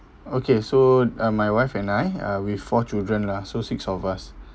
okay so uh and my wife and I uh with four children lah so six of us